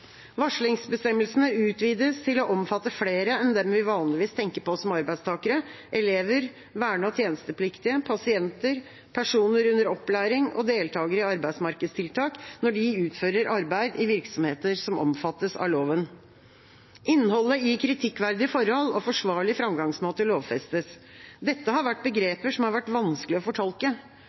Varslingsbestemmelsene utvides til å omfatte flere enn dem vi vanligvis tenker på som arbeidstakere – elever, verne- og tjenestepliktige, pasienter, personer under opplæring og deltakere i arbeidsmarkedstiltak når de utfører arbeid i virksomheter som omfattes av loven. Innholdet i «kritikkverdige forhold» og «forsvarlig framgangsmåte» lovfestes. Dette har vært begreper som har vært vanskelige å fortolke.